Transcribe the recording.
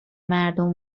مردم